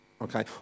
okay